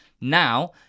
Now